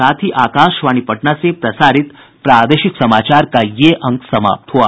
इसके साथ ही आकाशवाणी पटना से प्रसारित प्रादेशिक समाचार का ये अंक समाप्त हुआ